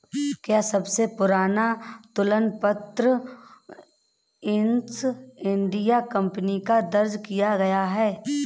क्या सबसे पुराना तुलन पत्र ईस्ट इंडिया कंपनी का दर्ज किया गया है?